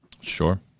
Sure